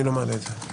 אני לא מעלה את זה.